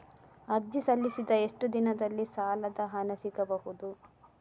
ಅರ್ಜಿ ಸಲ್ಲಿಸಿದ ಎಷ್ಟು ದಿನದಲ್ಲಿ ಸಾಲದ ಹಣ ಸಿಗಬಹುದು?